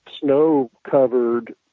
snow-covered